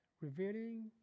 revealing